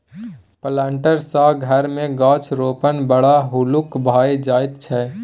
planter सँ घर मे गाछ रोपणाय बड़ हल्लुक भए जाइत छै